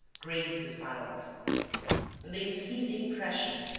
grazed the silence. and they received the impression,